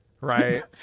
Right